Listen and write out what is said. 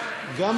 האמריקנית.